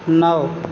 नौ